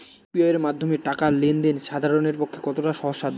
UPI এর মাধ্যমে টাকা লেন দেন সাধারনদের পক্ষে কতটা সহজসাধ্য?